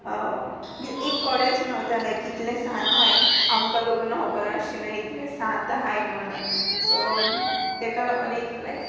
एक कोडेंच मेवता लायक कितले सांत आहाय आमकां लोगू खोबोर आसची ना इतले सांत आहाय म्होणोन सो तेका लागोन एक लायक